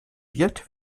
wird